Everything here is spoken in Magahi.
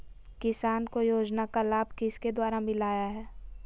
किसान को योजना का लाभ किसके द्वारा मिलाया है?